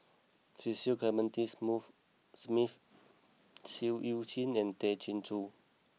Cecil Clementi smooth Smith Seah Eu Chin and Tay Chin Joo